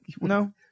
No